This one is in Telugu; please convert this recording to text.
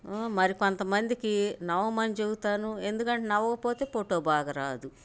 మరి కొంతమందికి నవ్వమని చెబుతాను ఎందుకు అంటే నవ్వకపోతే పోటో బాగా రాదు